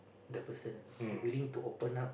the person you willing to open up